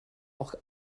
auch